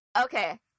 okay